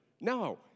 No